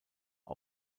dem